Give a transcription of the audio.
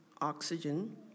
oxygen